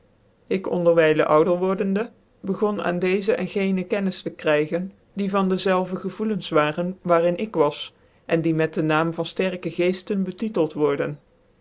ik onderwijle ouder wordende begon aan deeze en gene kennis te krygen die van dezelve gevoelens waren waar in ik was en die met dc naam van fterke geeften bctytclt worden